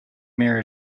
mirror